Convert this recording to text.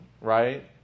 right